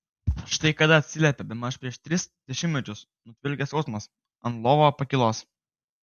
štai kada atsiliepė bemaž prieš tris dešimtmečius nutvilkęs skausmas ant lvovo pakylos